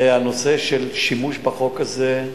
זה הנושא של שימוש בחוק הזה.